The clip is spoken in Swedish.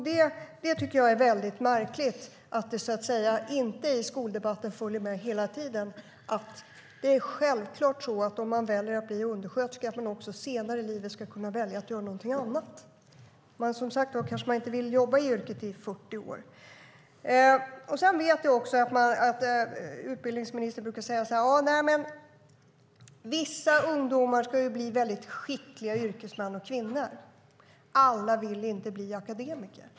Det är mycket märkligt att det i skoldebatten inte tas med att om man väljer att bli undersköterska ska man senare i livet kunna välja att göra någonting annat. Man kanske inte vill jobba i yrket i 40 år. Utbildningsministern brukar säga att vissa ungdomar ska bli skickliga yrkesmän och yrkeskvinnor, att alla inte vill bli akademiker.